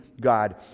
God